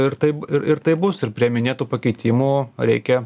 ir taip ir taip bus ir prie minėtų pakeitimų reikia